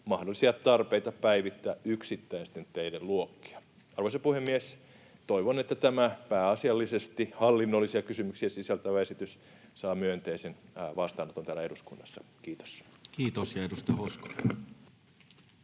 mahdollisia tarpeita päivittää yksittäisten teiden luokkia. Arvoisa puhemies! Toivon, että tämä pääasiallisesti hallinnollisia kysymyksiä sisältävä esitys saa myönteisen vastaanoton täällä eduskunnassa. — Kiitos. Kiitos. — Ja edustaja Hoskonen.